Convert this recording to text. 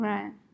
Right